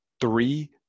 Three